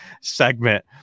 segment